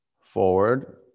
Forward